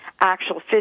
actual